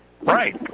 Right